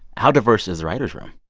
how diverse is the writers' room?